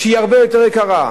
שהיא הרבה יותר יקרה,